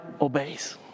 obeys